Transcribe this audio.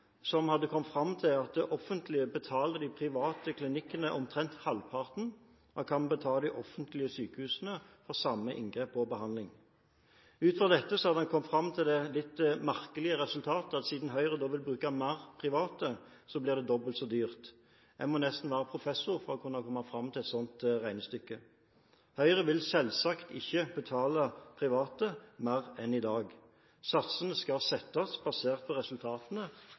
som hadde kommet fram til at det offentlige betaler de private klinikkene omtrent halvparten av hva vi betaler de offentlige sykehusene for samme inngrep og behandling. Ut fra dette har han kommet fram til det litt merkelige resultatet at siden Høyre vil bruke mer private, blir det dobbelt så dyrt. En må nesten være professor for å komme fram til et slikt regnestykke. Høyre vil selvsagt ikke betale private mer enn i dag, satsene skal settes basert på resultatene